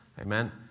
Amen